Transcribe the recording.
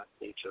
nature